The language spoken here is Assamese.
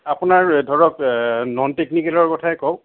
আপোনাৰ ধৰক নন টেকনিকেলৰ কথাই কওক